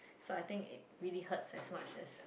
so I think it really hurts as much as